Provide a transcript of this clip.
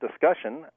discussion